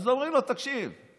אז אומרים לו: תקשיב,